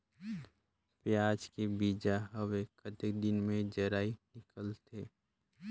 पियाज के बीजा हवे कतेक दिन मे जराई निकलथे?